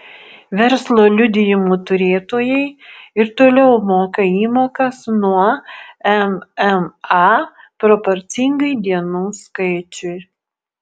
verslo liudijimų turėtojai ir toliau moka įmokas nuo mma proporcingai dienų skaičiui